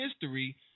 history